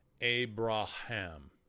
Abraham